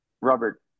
Robert